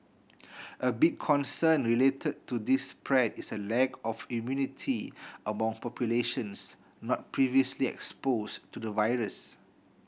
a big concern related to this spread is a lack of immunity among populations not previously exposed to the virus